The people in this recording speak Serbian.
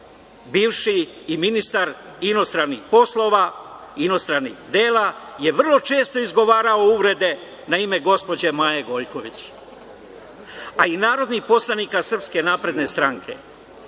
bivši i ministar inostranih poslova, inostranih dela, je vrlo često izgovarao uvrede na ime gospođe Maje Gojković, a i narodnih poslanika SNS.Vi vrlo dobro